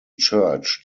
church